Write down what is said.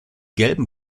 gelben